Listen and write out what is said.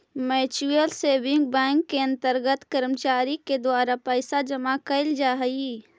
mutual saving bank के अंतर्गत कर्मचारी के द्वारा पैसा जमा कैल जा हइ